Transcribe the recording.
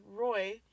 Roy